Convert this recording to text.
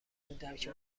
درک